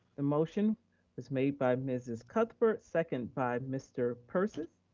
the motion is made by mrs. cuthbert, second by mr. persis.